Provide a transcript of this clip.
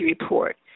report